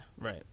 right